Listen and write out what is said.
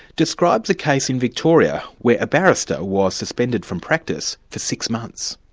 describes a case in victoria where a barrister was suspended from practice for six months.